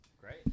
great